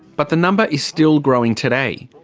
but the number is still growing today.